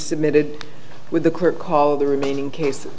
submitted with the court called the remaining cases